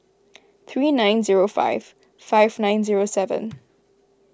three nine zero five five nine zero seven